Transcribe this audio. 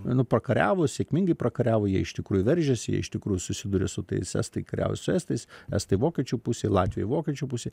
nu prakariavo sėkmingai prakariavo jie iš tikrųjų veržėsi jie iš tikrųjų susiduria su tais estai kariauja su estais estai vokiečių pusėj latviai vokiečių pusėj